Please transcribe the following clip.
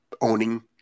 owning